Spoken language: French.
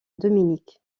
dominique